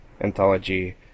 anthology